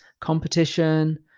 competition